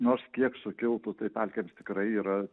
nors kiek sukiltų tai pelkėms tikrai yra